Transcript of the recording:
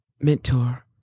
mentor